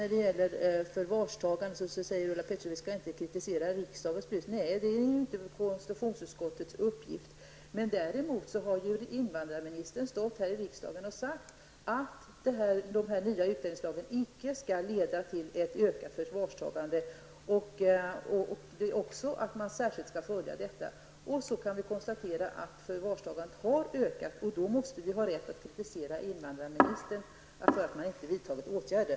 När det gäller förvarstagandet säger Ulla Pettersson att konstitutionsutskottet inte skall kritisera riksdagens beslut. Nej, det är inte konstitutionsutskottets uppgift. Men däremot har invandrarministern stått här i riksdagens talarstol och sagt att den nya utlänningslagen inte skall leda till ett ökat förvarstagande och att regeringen särskilt skall följa frågan. Vi kan nu konstatera att förvarstagandet har ökat, och då måste vi ha rätt att kritisera invandrarministern för att regeringen inte har vidtagit åtgärder.